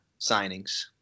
signings